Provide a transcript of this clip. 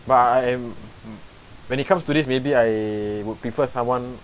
but I am when it comes to this maybe I would prefer someone